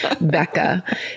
becca